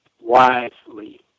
wisely